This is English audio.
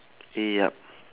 yup